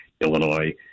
Illinois